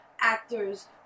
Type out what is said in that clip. actors